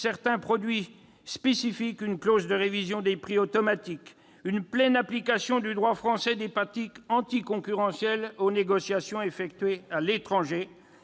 certains produits spécifiques. Nous avons prévu une pleine application du droit français des pratiques anticoncurrentielles aux négociations effectuées à l'étranger.